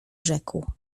rzekł